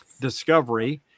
Discovery